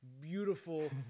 beautiful